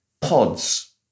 pods